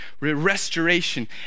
restoration